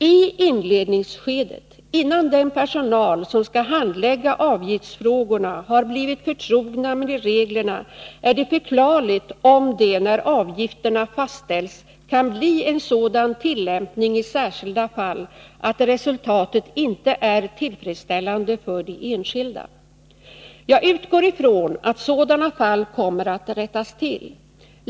I inledningsskedet, innan den personal som skall handlägga avgiftsfrågorna har blivit förtrogen med reglerna, är det förklarligt om det, när avgifterna fastställs, kan bli en sådan tillämpning i särskilda fall att resultatet inte är tillfredsställande för de enskilda. Jag utgår ifrån att sådana fall kommer att rättas till.